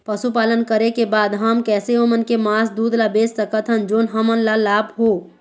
पशुपालन करें के बाद हम कैसे ओमन के मास, दूध ला बेच सकत हन जोन हमन ला लाभ हो?